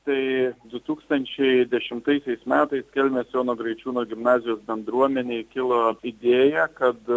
tai du tūkstančiai dešimaisiais metais kelmės jono graičiūno gimnazijos bendruomenei kilo idėja kad